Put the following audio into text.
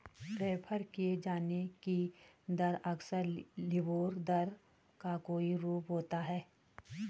refer किये जाने की दर अक्सर लिबोर दर का कोई रूप होता है